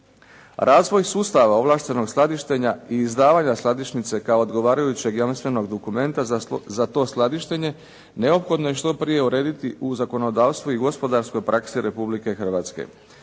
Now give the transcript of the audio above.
Razvoj sustava ovlaštenog skladištenja i izdavanja skladišnice kao odgovarajućeg jamstvenog dokumenta za to skladištenje neophodno je što prije urediti u zakonodavstvu i gospodarskoj praksi Republike Hrvatske.